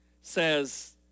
says